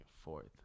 fourth